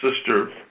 Sister